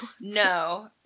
No